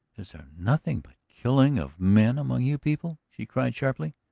is there nothing but killing of men among you people? she cried sharply.